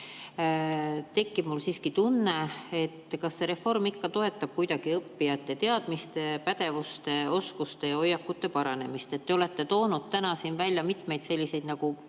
tekib mul siiski tunne, kas see reform ikka toetab kuidagi õppijate teadmiste, pädevuste, oskuste ja hoiakute paranemist. Te olete toonud täna siin välja mitmeid positiivseid